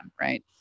right